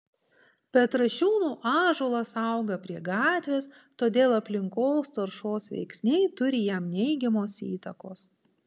petrašiūnų ąžuolas auga prie gatvės todėl aplinkos taršos veiksniai turi jam neigiamos įtakos